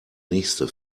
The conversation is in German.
nächste